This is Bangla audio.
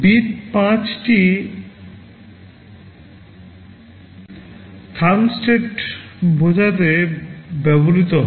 bit 5 টি thumb state বোঝাতে ব্যবহৃত হয়